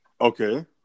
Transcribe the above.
Okay